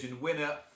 winner